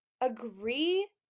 agree